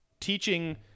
teaching